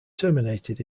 terminated